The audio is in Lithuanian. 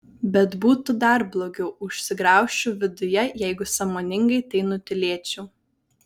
bet būtų dar blogiau užsigraužčiau viduje jeigu sąmoningai tai nutylėčiau